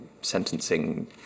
sentencing